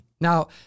Now